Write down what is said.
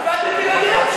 הצבעתי כדי להגיד,